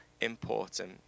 important